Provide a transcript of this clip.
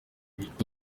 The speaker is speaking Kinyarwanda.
cyuzuzo